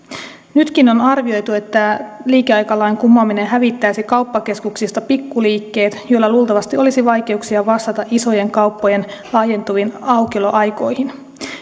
nytkin on arvioitu että liikeaikalain kumoaminen hävittäisi kauppakeskuksista pikkuliikkeet joilla luultavasti olisi vaikeuksia vastata isojen kauppojen laajentuviin aukioloaikoihin